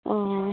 অঁ